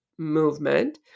movement